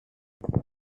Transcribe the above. after